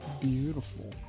Beautiful